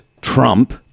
Trump